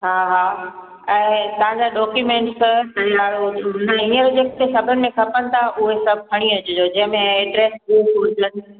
हा हा ऐं तव्हांजा डॉक्युमेंट्स अन ओ इअं हुजनि की सभिनि में खपनि था उहे सभु खणी अचिजो जंहिंमें एड्रेस प्रूफ हुजनि